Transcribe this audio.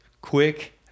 quick